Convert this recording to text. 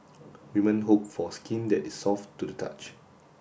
woman hope for skin that is soft to the touch